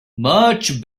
much